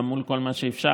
גם מול כל מה שאפשר,